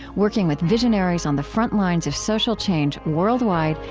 working with visionaries on the front lines of social change worldwide,